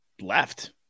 left